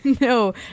no